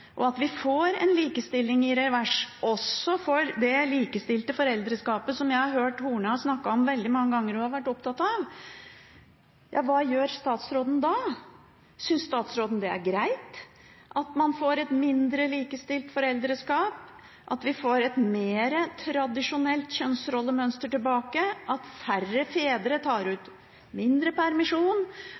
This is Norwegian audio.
og at vi får en likestilling i revers, også for det likestilte foreldreskapet som jeg har hørt statsråd Horne har snakket om og vært opptatt av veldig mange ganger – hva gjør statsråden da? Synes statsråden det er greit at man får et mindre likestilt foreldreskap, at vi får tilbake et mer tradisjonelt kjønnsrollemønster, at færre fedre tar ut mindre permisjon,